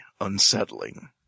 unsettling